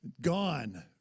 gone